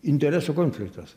interesų konfliktas